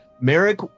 Merrick